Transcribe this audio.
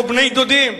פה בני-דודים.